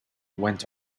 went